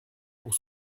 pour